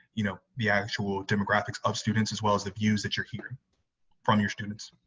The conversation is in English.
you know the actual demographics of students, as well as the views that you're hearing from your students?